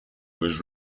was